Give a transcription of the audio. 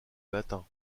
matin